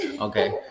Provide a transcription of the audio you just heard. Okay